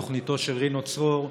בתוכניתו של רינו צרור,